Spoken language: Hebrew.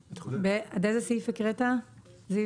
עד איזה סעיף הקראת זיו?